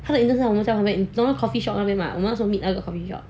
他的 intern 在我们家旁边 normal coffeeshop 那边吗我们那时 meet 那个 coffeeshop